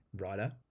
writer